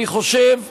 אני חושב שיש,